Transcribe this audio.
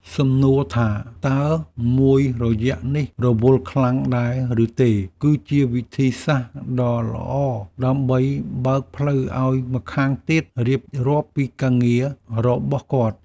សំណួរថាតើមួយរយៈនេះរវល់ខ្លាំងដែរឬទេ គឺជាវិធីសាស្ត្រដ៏ល្អដើម្បីបើកផ្លូវឱ្យម្ខាងទៀតរៀបរាប់ពីការងាររបស់គាត់។